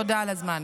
תודה על הזמן.